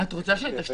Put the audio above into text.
אתנו על